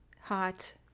hot